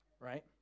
right